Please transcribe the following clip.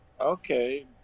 Okay